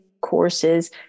courses